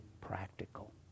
practical